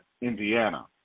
Indiana